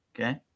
Okay